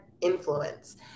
influence